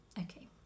okay